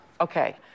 Okay